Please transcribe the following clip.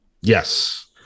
Yes